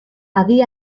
adi